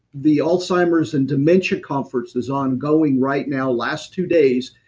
the alzheimer's and dementia conference is ongoing right now, last two days,